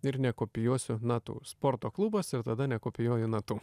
ir nekopijuosiu natų sporto klubas ir tada nekopijuoju natų